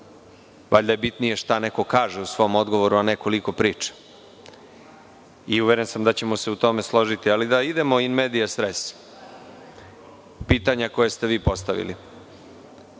Valjda je bitnije šta neko kaže u svom odgovoru, a ne koliko priča. Uveren sam da ćemo se u tome složiti. Ali, da idemo in medias res. Pitanja koja ste vi postavili. Sasvim